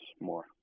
more